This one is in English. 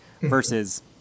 versus